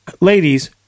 Ladies